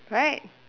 right